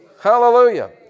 Hallelujah